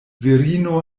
virino